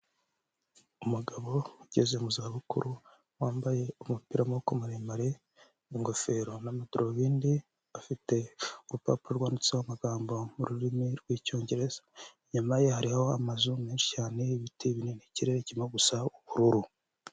Umugabo ugeze mu za bukuru wambaye umupira w'amaguru maremare n'ingofero n'amadarubindi, afite urupapuro rwanditseho amagambo mu rurimi rw'icyongereza, inyuma ye hariho amazu menshi cyane, ibiti binini, ikirere kirimo gusa ubururu.